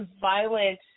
violent